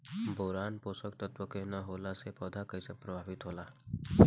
Boron पोषक तत्व के न होला से पौधा कईसे प्रभावित होला?